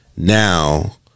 now